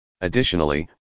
Additionally